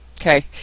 Okay